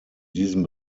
diesen